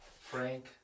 Frank